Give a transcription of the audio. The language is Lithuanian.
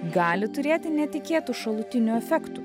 gali turėti netikėtų šalutinių efektų